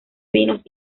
vinos